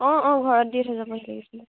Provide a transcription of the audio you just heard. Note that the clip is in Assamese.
অ অ ঘৰত দি থৈ যাবহি লাগিছিলে